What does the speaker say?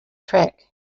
track